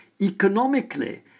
economically